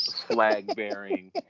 flag-bearing